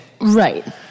Right